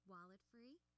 Wallet-free